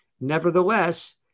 Nevertheless